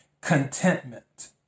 Contentment